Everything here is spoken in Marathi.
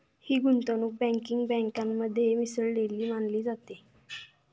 ही गुंतवणूक बँकिंग बँकेमध्ये मिसळलेली मानली जाते